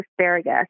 asparagus